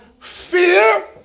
fear